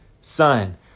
son